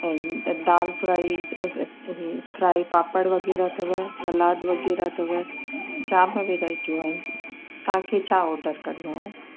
ऐं दालि fry fry papad वग़ैरह अथव सलाद वग़ैरह अथव जाम वैरायटियूं आहिनि तव्हांखे छा ऑडर करिणो आहे